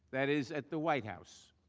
that is, at the white house.